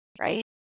right